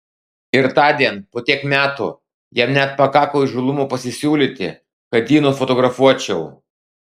ir tądien po tiek metų jam net pakako įžūlumo pasisiūlyti kad jį nufotografuočiau